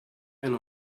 and